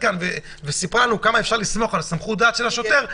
בגלל שתמר הייתה כאן וסיפרה לנו כמה אפשר לסמוך על שיקול הדעת של השוטר,